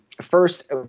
first